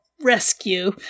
rescue